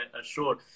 assured